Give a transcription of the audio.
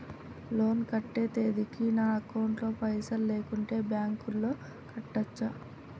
Loan కట్టే తేదీకి నా అకౌంట్ లో పైసలు లేకుంటే బ్యాంకులో కట్టచ్చా?